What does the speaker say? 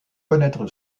connaître